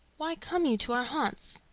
why come you to our haunts?